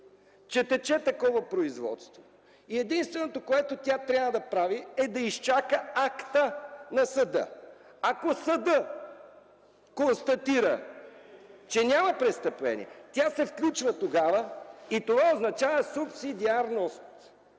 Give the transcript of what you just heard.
че тече такова производство. Единственото, което тя трябва да прави, е да изчака акта на съда. Ако съдът констатира, че няма престъпление, тя тогава се включва и то означава субсидиарност.